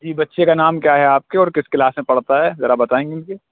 جی بچے کا نام کیا ہے آپ کے اور کس کلاس میں پڑھتا ہے ذرا بتائیں گی مجھے